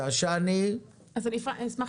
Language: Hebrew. אני מהלשכה